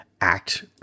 act